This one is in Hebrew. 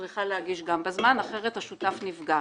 צריכה להגיש בזמן אחרת השותף נפגע.